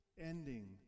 Ending